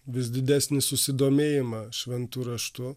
vis didesnį susidomėjimą šventu raštu